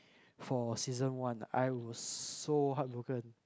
for season one I was so heart broken